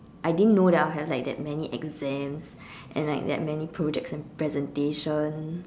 I didn't know that I would have like that many exams and like that many projects and presentation